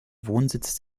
wohnsitz